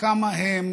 כמה הם